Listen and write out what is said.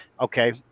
Okay